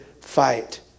fight